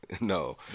no